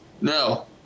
No